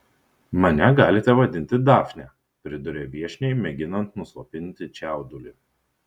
mane galite vadinti dafne priduria viešniai mėginant nuslopinti čiaudulį